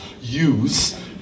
use